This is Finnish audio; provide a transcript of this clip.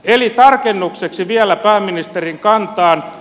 tarkennukseksi vielä pääministerin kantaan